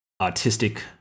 artistic